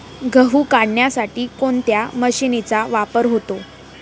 गहू काढण्यासाठी कोणत्या मशीनचा वापर होतो?